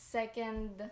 second